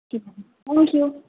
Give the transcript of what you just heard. thank you